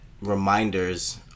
reminders